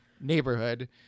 neighborhood